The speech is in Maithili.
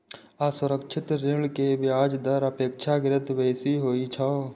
असुरक्षित ऋण के ब्याज दर अपेक्षाकृत बेसी होइ छै